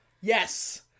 Yes